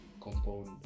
compound